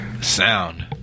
Sound